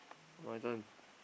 my turn